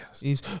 Yes